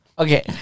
Okay